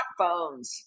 smartphones